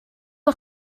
got